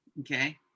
Okay